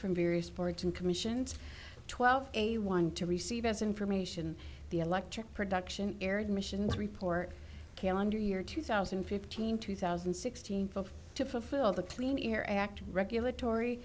from various boards and commissions twelve a one to receive as information the electric production aired missions report calendar year two thousand and fifteen two thousand and sixteen four to fulfill the clean air act regulatory